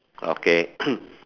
okay